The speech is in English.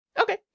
Okay